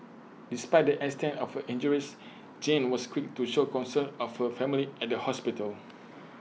despite the extent of her injures Jean was quick to show concern of her family at the hospital